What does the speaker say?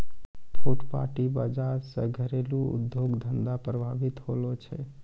फुटपाटी बाजार से घरेलू उद्योग धंधा प्रभावित होलो छै